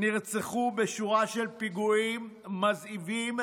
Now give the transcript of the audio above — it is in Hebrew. נרצחו בשורה של פיגועים מזוויעים,